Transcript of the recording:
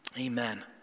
Amen